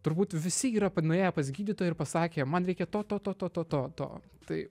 turbūt visi yra pa nuėję pas gydytoją pasakę man reikia to to to to to to to tai